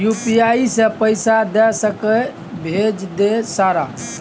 UPI से पैसा दे सके भेज दे सारा?